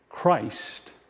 Christ